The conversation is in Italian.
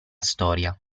storia